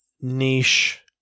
niche